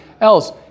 else